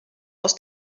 aus